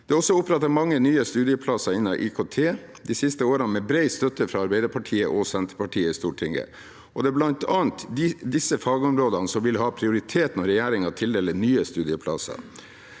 Det er også opprettet mange nye studieplasser innen IKT de siste årene, med bred støtte fra Arbeiderpartiet og Senterpartiet i Stortinget. Det er bl.a. disse fagområdene som vil ha prioritet når regjeringen tildeler nye studieplasser.